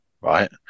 Right